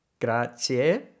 Grazie